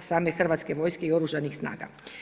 same Hrvatske vojske i Oružanih snaga.